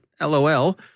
LOL